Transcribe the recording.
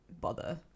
bother